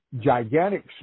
gigantic